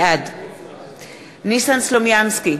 בעד ניסן סלומינסקי,